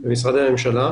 במשרדי הממשלה.